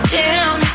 down